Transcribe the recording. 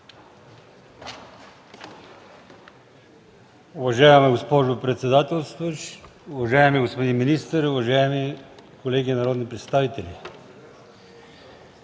Уважаема госпожо председател, уважаеми господин министър, уважаеми колеги народни представители!